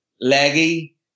leggy